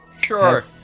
Sure